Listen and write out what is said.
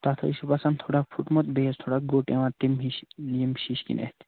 تَتھ حظ چھِ باسان تھوڑا پھٕٹمُت بیٚیہِ حظ چھِ تھوڑا گوٚٹ یِوان تَمہِ ہِش ییٚمہِ شیٖشہٕ کِنۍ اَتھِ